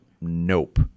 nope